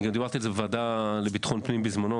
אני דיברתי על זה בוועדה לביטחון פנים בזמנו.